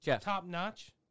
top-notch